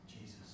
Jesus